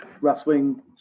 wrestling